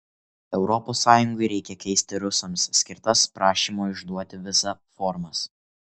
europos sąjungai reikia keisti rusams skirtas prašymo išduoti vizą formas